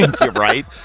right